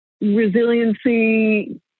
resiliency